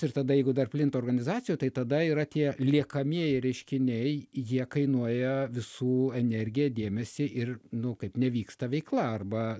ir tada jeigu dar plinta organizacijoj tai tada yra tie liekamieji reiškiniai jie kainuoja visų energiją dėmesį ir nu kaip nevyksta veikla arba